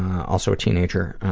also a teenager,